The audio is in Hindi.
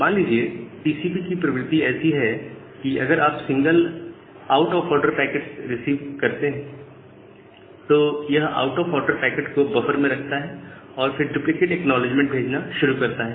मान लीजिए टीसीपी की प्रवृत्ति ऐसी है कि अगर यह single out of order packet receive करता है तो यह इस आउट आफ ऑर्डर पैकेट को बफर में रखता है और फिर डुप्लीकेट एक्नॉलेजमेंट भेजना शुरू करता है